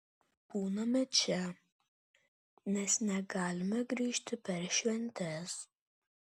būname čia nes negalime grįžt per šventes